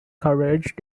coverage